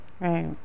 Right